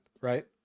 right